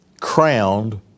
crowned